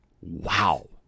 Wow